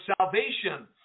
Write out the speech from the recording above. salvation